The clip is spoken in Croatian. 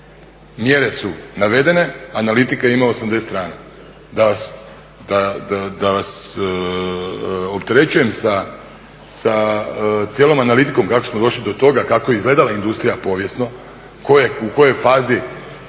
Mjere su navedene, analitika ima 80 strana. Da vas opterećujem sa cijelom analitikom kako smo došli do toga, kako je izgledala industrija povijesno, u kojoj fazi